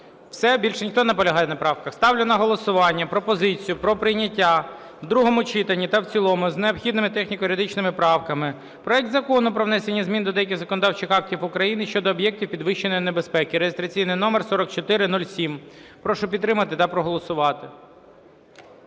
Все, більше ніхто не наполягає на правках? Ставлю на голосування пропозицію про прийняття в другому читанні та в цілому з необхідними техніко-юридичними правками проект Закону про внесення змін до деяких законодавчих актів України щодо об'єктів підвищеної небезпеки (реєстраційний номер 4407). Прошу підтримати та проголосувати.